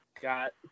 Got